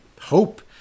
hope